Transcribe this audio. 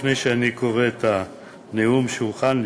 לפני שאני קורא את הנאום שהוכן לי,